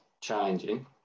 changing